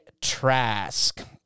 trask